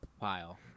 pile